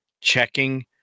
checking